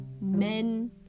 men